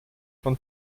von